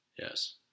Yes